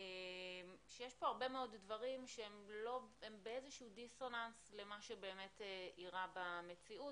שיש פה הרבה מאוד דברים שהם באיזה שהוא דיסוננס למה שבאמת אירע במציאות,